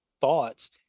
thoughts